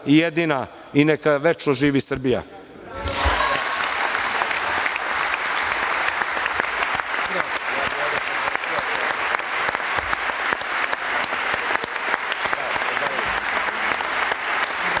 i jedina i neka večno živi Srbija.